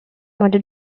motor